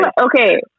Okay